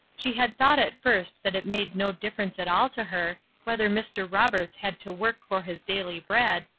she had thought at first that it made no difference at all to her, whether mr. roberts had to work for his daily bread,